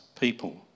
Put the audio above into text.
people